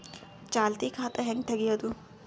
ಚಾಲತಿ ಖಾತಾ ಹೆಂಗ್ ತಗೆಯದು?